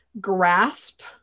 grasp